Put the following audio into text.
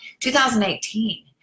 2018